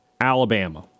Alabama